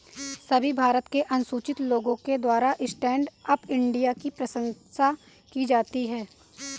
सभी भारत के अनुसूचित लोगों के द्वारा स्टैण्ड अप इंडिया की प्रशंसा की जाती है